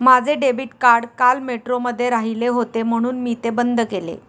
माझे debit card काल मेट्रोमध्ये राहिले होते म्हणून मी ते बंद केले